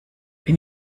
bin